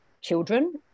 children